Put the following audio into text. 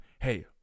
Hey